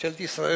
ממשלת ישראל